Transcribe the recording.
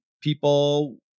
People